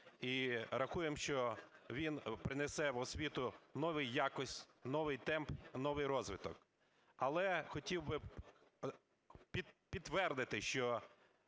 і рахуємо, що він принесе в освіту нову якість, новий темп, новий розвиток. Але хотів би підтвердити, що